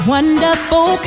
Wonderful